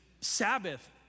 Sabbath